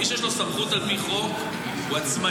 מי שיש לו סמכות על פי חוק הוא עצמאי,